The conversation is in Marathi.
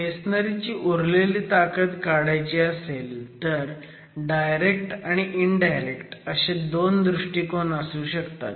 मेसनरी ची उरलेली ताकद काढायची असेल तर डायरेक्ट आणि इनडायरेक्ट असे दोन दृष्टिकोन असू शकतात